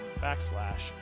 backslash